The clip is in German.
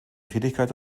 tätigkeit